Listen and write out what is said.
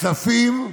כספים.